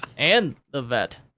and the vette,